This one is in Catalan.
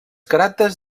caràcters